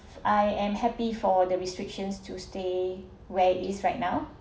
I am happy for the restrictions to stay where it is right now